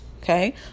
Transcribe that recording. Okay